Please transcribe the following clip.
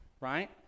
right